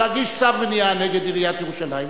להגיש צו מניעה נגד עיריית ירושלים.